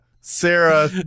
Sarah